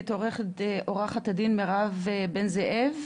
עורכת הדין מירב בן זאב.